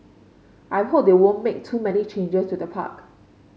I hope they won't make too many changes to the park